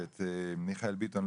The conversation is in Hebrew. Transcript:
שאת מיכאל ביטון,